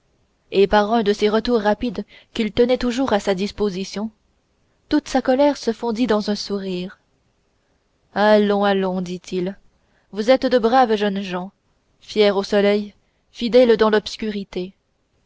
et par un de ces retours rapides qu'il tenait toujours à sa disposition toute sa colère se fondit dans un sourire allons allons dit-il vous êtes de braves jeunes gens fiers au soleil fidèles dans l'obscurité